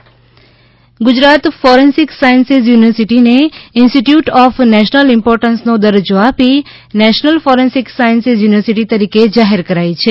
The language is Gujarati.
forensic sciences university Gujarat forensic sciences યુનીવર્સીટીને ઇન્સ્ટીટયુટ ઓફ નેશનલ ઇમ્પોર્ટન્સનો દરજ્જો આપી નેશનલ ફોરેન્સિક સાઇન્સીઝ યુનિવર્સિટી તરીકે જાહેર કરાઇ છે